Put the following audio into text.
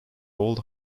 old